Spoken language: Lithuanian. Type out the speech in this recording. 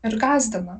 ir gąsdina